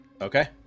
Okay